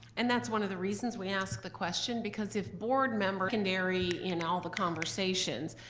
and that's one of the reasons we ask the question, because if board member condary in all the conversations,